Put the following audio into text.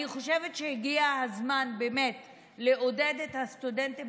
אני חושבת שהגיע הזמן באמת לעודד את הסטודנטים